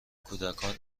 کودکان